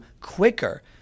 quicker